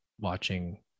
watching